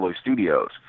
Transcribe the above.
Studios